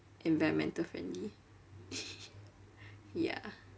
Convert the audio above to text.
environmental friendly ya